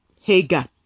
Hagar